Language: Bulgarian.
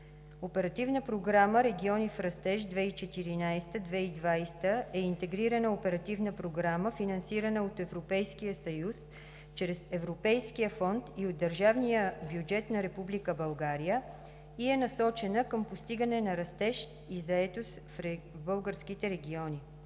Оперативна програма „Региони в растеж 2014 – 2020 г.“ е интегрирана оперативна програма, финансирана от Европейския съюз чрез Европейския фонд и от държавния бюджет на Република България, и е насочена към постигане на растеж и заетост в българските региони.